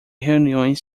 reuniões